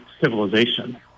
civilization